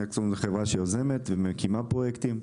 נקסטקום היא חברה שיוזמת ומקימה פרויקטים.